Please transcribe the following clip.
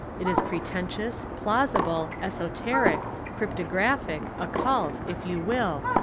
it is pretentious, plausible, esoteric, cryptographic, occult, if you will,